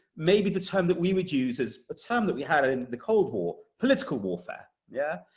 maybe the term that we would use is a term that we had in the cold war, political warfare. yeah